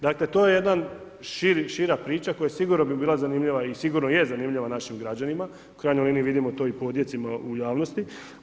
Dakle to je jedan šira priča koja sigurno bi bila zanimljiva i sigurno je zanimljiva našim građanima, u krajnjoj liniji vidimo to i po odjecima u javnosti.